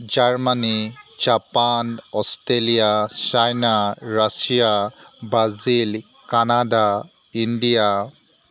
Germany Japan Australia China Russia Brasil Canada India